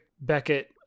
Beckett